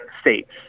states